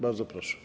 Bardzo proszę.